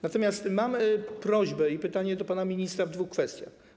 Natomiast mam prośbę i pytania do pana ministra o dwie kwestie.